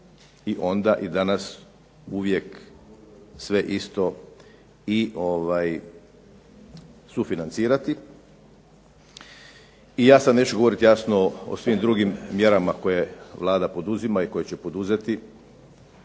i onda i danas uvijek sve isto i sufinancirati, i ja sada neću govoriti o svim drugim mjerama koje Vlada poduzima i koje će poduzeti